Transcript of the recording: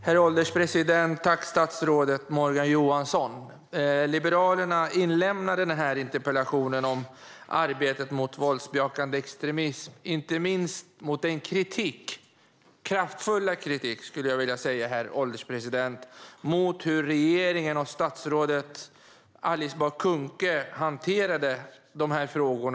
Herr ålderspresident! Jag tackar statsrådet Morgan Johansson. Liberalerna ställde denna interpellation om arbetet mot våldsbejakande extremism inte minst mot bakgrund av kritiken - den kraftfulla kritiken, skulle jag vilja säga, herr ålderspresident - mot hur regeringen och statsrådet Alice Bah Kuhnke har hanterat dessa frågor.